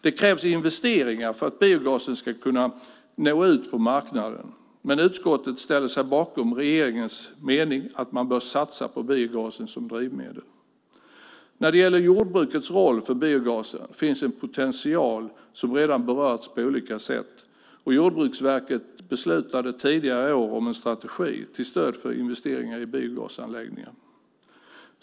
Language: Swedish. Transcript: Det krävs investeringar för att biogasen ska kunna nå ut på marknaden, men utskottet ställer sig bakom regeringens mening att man bör satsa på biogasen som drivmedel. När det gäller jordbrukets roll för biogasen finns en potential som redan berörts på olika sätt. Jordbruksverket beslutade tidigare i år om en strategi till stöd för investeringar i biogasanläggningar.